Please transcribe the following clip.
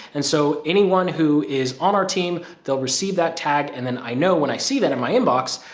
and so, anyone who is on our team, they'll receive that tag. and then i know when i see that in my inbox,